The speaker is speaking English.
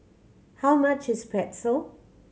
how much is Pretzel